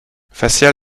facial